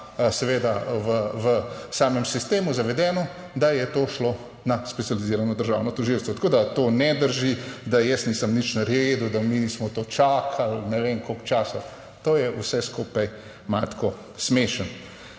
seveda v samem sistemu zavedeno, da je to šlo na Specializirano državno tožilstvo, tako da to ne drži, da jaz nisem nič naredil, da mi smo to čakali ne vem koliko časa, to je vse skupaj malo tako, smešno.